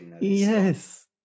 Yes